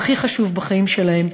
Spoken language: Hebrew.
הדבר הכי חשוב בחיים שלהם